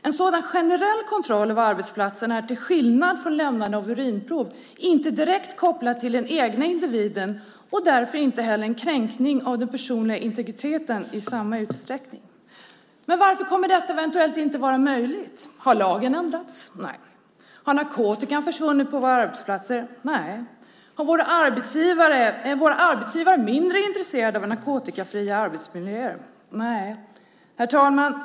En sådan generell kontroll av arbetsplatsen är till skillnad från lämnande av urinprov inte direkt kopplad till den egna individen och därför inte heller en kränkning av den personliga integriteten i samma utsträckning. Men varför kommer detta eventuellt inte att vara möjligt? Har lagen ändrats? Nej. Har narkotikan försvunnit på våra arbetsplatser? Nej. Är våra arbetsgivare mindre intresserade av narkotikafria arbetsmiljöer? Nej. Herr talman!